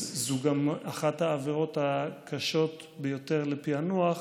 זו גם אחת העבירות הקשות ביותר לפענוח,